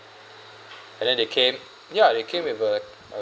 and then they came ya they came with a uh